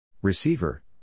Receiver